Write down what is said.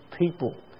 people